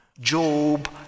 Job